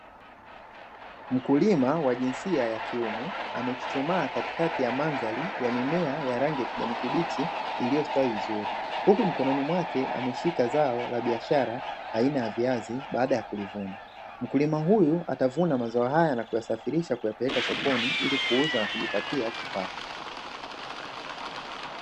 Mkulima wa jinsia ya kiume, amechuchumaa katikati ya mandhari ya mimea ya rangi ya kijani kibichi iliyostawi vizuri. Huku mikononi mwake ameshika zao la biashara aina ya viazi baada ya kuvivuna. Mkulima huyu atavuna mazao haya na kuyasafirisha na kuyapeleka sokoni ili kuuza na kujipatia kipato.